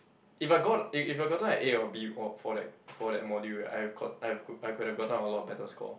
if I got if if I gotten a A or B or for that for that module right I've got I've could I could have gotten a lot better score